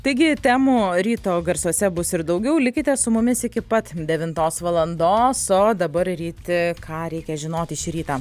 taigi temų ryto garsuose bus ir daugiau likite su mumis iki pat devintos valandos o dabar ryti ką reikia žinoti šį rytą